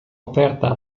aperta